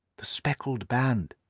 the speckled band!